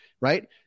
Right